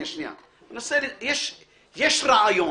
יש רעיון.